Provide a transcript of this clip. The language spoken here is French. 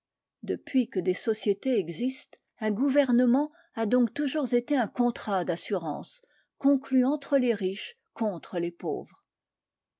depuis que les sociétés existent un gouvernement a donc toujours été nécessairement un contrat d'assurance conclu entre les riches contre les pauvres